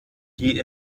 die